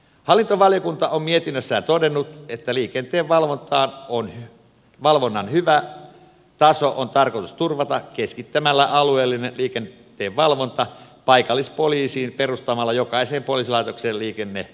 hallintovaliokunta on mietinnössään todennut että liikenteenvalvonnan hyvä taso on tarkoitus turvata keskittämällä alueellinen liikenteenvalvonta paikallispoliisiin perustamalla jokaiseen poliisilaitokseen liikennepoliisitoiminto